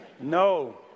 No